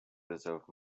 preserved